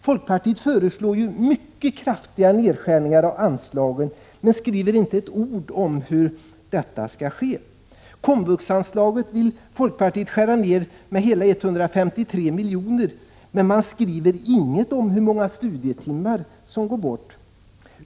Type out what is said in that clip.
Folkpartiet föreslår mycket kraftiga nedskärningar av anslagen, men skriver inte ett ord om hur detta skall ske. Komvuxanslaget vill folkpartiet skära ned med hela 153 miljoner, men man skriver ingenting om hur många studietimmar som går bort.